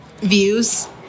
views